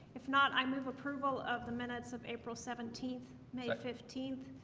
if not, i move approval of the minutes of april seventeenth may fifteenth